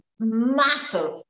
Massive